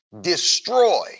destroy